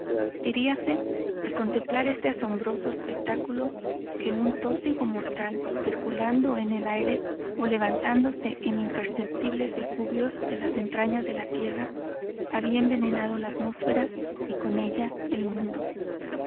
diríase al contemplar este asombros espectáculo que un tósigo mortal circulando en el aire o levantándose en imperceptibles efluvios de las entrañas de la tierra había envenenado la atmósfera y con ella el mundo